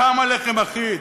כמה לחם אחיד?